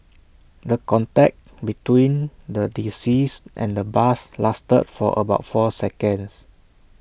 the contact between the deceased and the bus lasted for about four seconds